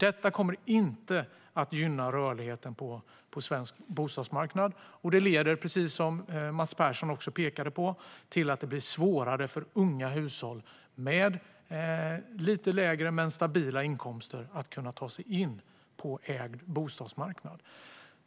Detta kommer inte att gynna rörligheten på svensk bostadsmarknad. Det leder också, precis som Mats Persson pekade på, till att det blir svårare för unga hushåll med lite lägre men stabila inkomster att kunna ta sig in på ägd bostadsmarknad.